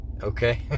Okay